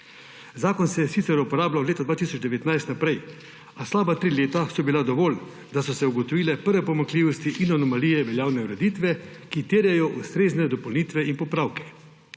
Zakon se sicer uporablja od leta 2019 naprej, a slaba tri leta so bila dovolj, da so se ugotovile prve pomanjkljivosti in anomalije veljavne ureditve, ki terjajo ustrezne dopolnitve in popravke.